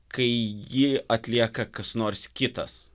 kai jį atlieka kas nors kitas